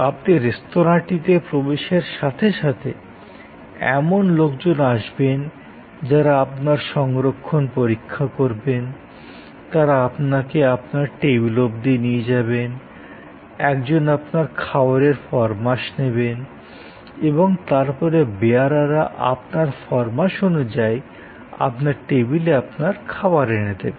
আপনি রেস্তোঁরাটিতে প্রবেশের সাথে সাথে এমন লোকজন আসবেন যারা আপনার সংরক্ষণ পরীক্ষা করবেন তারা আপনাকে আপনার টেবিল অবধি নিয়ে যাবেন একজন আপনার খাবারের ফরমাশ নেবেন এবং তারপরে বেয়ারারা আপনার ফরমাশ অনুযায়ী আপনার টেবিলে আপনার খাবার এনে দেবে